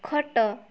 ଖଟ